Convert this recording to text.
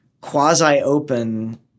quasi-open